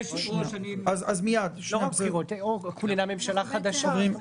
לא רק בחירות, או כוננה ממשלה חדשה.